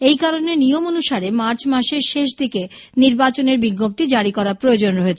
এই কারনে নিয়ম অনুসারে মার্চ মাসের শেষ দিকে নির্বাচনের বিজ্ঞপ্তি জারি করা প্রয়োজন রয়েছে